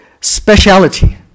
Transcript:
speciality